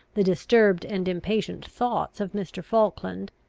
the disturbed and impatient thoughts of mr. falkland,